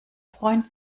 freund